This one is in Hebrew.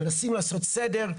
מנסים לעשות סדר,